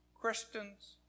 Christians